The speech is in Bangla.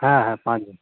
হ্যাঁ হ্যাঁ পাঁচজন